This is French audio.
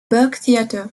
burgtheater